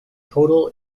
total